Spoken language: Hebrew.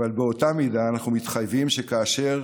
אבל באותה מידה אנחנו מתחייבים שכאשר